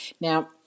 now